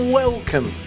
welcome